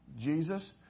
Jesus